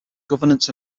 governance